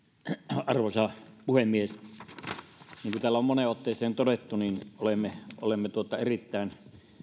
arvoisa puhemies niin kuin täällä on moneen otteeseen todettu olemme olemme erittäin